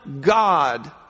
God